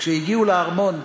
כשהגיעו לארמון,